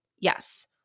Yes